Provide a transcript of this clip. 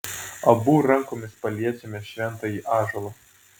abu rankomis paliečiame šventąjį ąžuolą